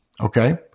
okay